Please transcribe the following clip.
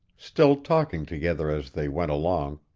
still talking together as they went along,